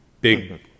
big